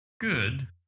good